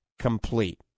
Complete